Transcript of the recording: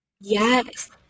Yes